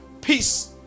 peace